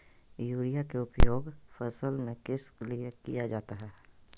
Urea के उपयोग फसल में किस लिए किया जाता है?